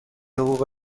حقوق